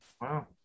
Wow